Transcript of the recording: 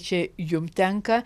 čia jum tenka